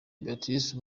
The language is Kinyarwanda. béatrice